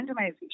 randomization